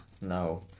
no